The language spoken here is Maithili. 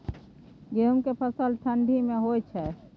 गेहूं के फसल ठंडी मे होय छै?